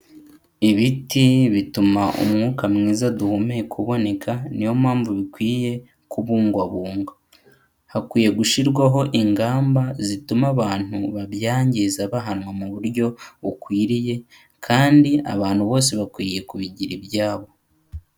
Ibiti bituma umwuka mwiza duhumeka uboneka, ni yo mpamvu bikwiye kubungwabungwa. Hakwiye gushyirwaho ingamba zituma abantu babyangiza bahanwa mu buryo bukwiriye, kandi abantu bose bakwiye kubigira ibyabo.